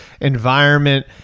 environment